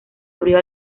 abrió